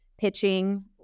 Pitching